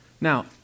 Now